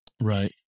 Right